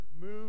move